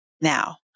now